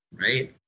right